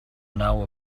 now